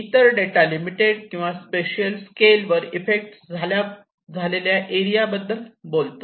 इतर data limited किंवा special scale वर इफेक्ट झालेल्या एरिया याबद्दल बोलतो